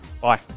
Bye